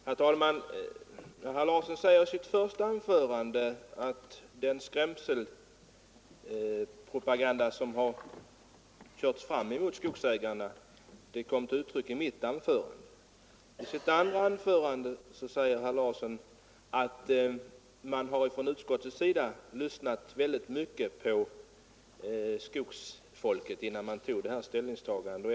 Herr talman! Herr Larsson i Borrby sade i sitt första anförande att den skrämselpropaganda :som körts fram mot skogsägarna kom till uttryck i mitt anförande. I sitt andra anförande sade herr Larsson att utskottets ledamöter lyssnat mycket på skogsfolket innan de gjorde sitt ställningstagande.